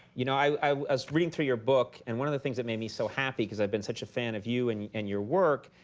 you know i was reading through your book and one of the things that made me so happy, because i've been such a fan of you and and your work,